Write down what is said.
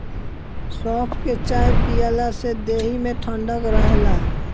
सौंफ के चाय पियला से देहि में ठंडक रहेला